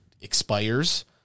expires